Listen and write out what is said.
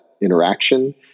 interaction